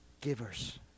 givers